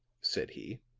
said he,